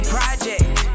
Project